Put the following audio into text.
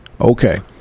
Okay